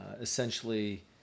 essentially